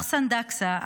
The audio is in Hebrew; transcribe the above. אחסאן דקסה,